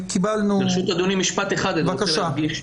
ברשות אדוני משפט אחד אני רוצה להדגיש.